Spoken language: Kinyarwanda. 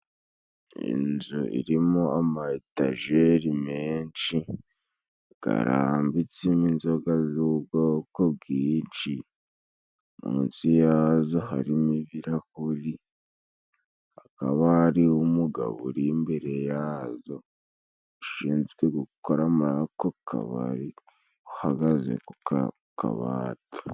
Inzu irimo amatageri menshi, garambitsemo inzoga z'ubwoko bwinshi, munsi yazo harimo ibirahuri akaba ari umugabo uri imbere yazo, ushinzwe gukora mako kabari uhagaze ku kabati.